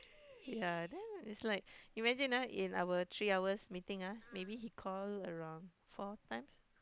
ya then it's like imagine ah in our three hours meeting ah maybe he call around four times